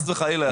אתה צועק עלי?